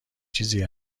چیزی